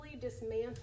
dismantle